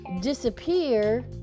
disappear